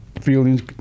feelings